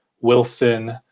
Wilson